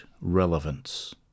relevance